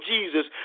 Jesus